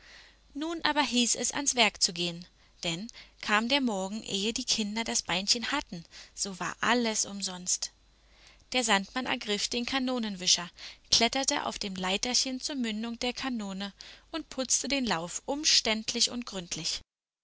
nun aber hieß es ans werk zu gehen denn kam der morgen ehe die kinder das beinchen hatten so war alles umsonst der sandmann ergriff den kanonenwischer kletterte auf dem leiterchen zur mündung der kanone und putzte den lauf umständlich und gründlich